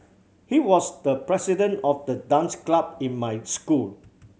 he was the president of the dance club in my school